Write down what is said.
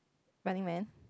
Running-Man